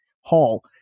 Hall